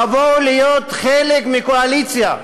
תבואו להיות חלק מהקואליציה,